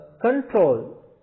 control